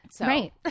Right